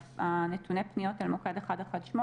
מנתוני הפניות אל מוקד 118